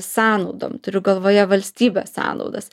sąnaudom turiu galvoje valstybės sąnaudas